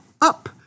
up